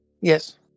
Yes